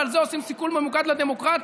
ועל זה עושים סיכול ממוקד לדמוקרטיה